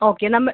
okay നമ്മൾ